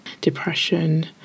depression